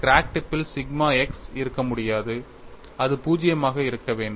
crack டிப் பில் sigma x இருக்க முடியாது அது பூஜ்ஜியமாக இருக்க வேண்டும்